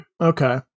Okay